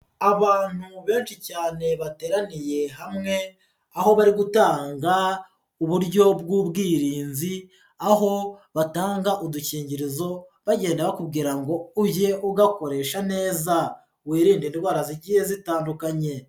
Abantu benshi cyane bateraniye hamwe aho bari gutanga uburyo bw'ubwirinzi aho batanga udukingirizo bagenda bakubwira ngo ujye ugakoresha neza wirinde indwara zigiye zitandukanye.